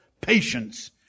Patience